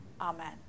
Amen